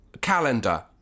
calendar